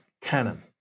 canon